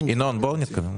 אנחנו מסיימים.